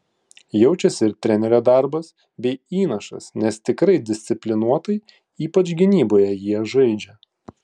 jaučiasi ir trenerio darbas bei įnašas nes tikrai disciplinuotai ypač gynyboje jie žaidžia